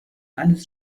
eines